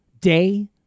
day